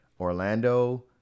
Orlando